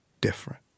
different